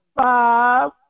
five